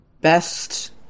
Best